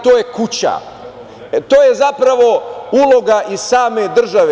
To je kuća, to je zapravo uloga i same države.